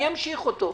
ואני אמשיך אותו.